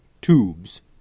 Tubes